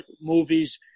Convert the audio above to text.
movies